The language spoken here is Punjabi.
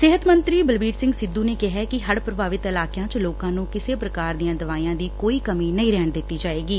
ਸਿਹਤ ਮੰਤਰੀ ਬਲਬੀਰ ਸਿੰਘ ਸਿੱਧੁ ਨੇ ਕਿਹੈ ਕਿ ਹੜ ਪ੍ਰਭਾਵਿਤ ਇਲਾਕਿਆਂ ਚ ਲੋਕਾਂ ਨੁੰ ਕਿਸੇ ਪ੍ਰਕਾਰ ਦੀਆਂ ਦਵਾਈਆਂ ਦੀ ਕੋਈ ਕਮੀ ਨਹੀਂ ਰਹਿਣ ਦਿੱਤੀ ਜਾਵੇਗੀ